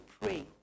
pray